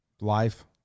Life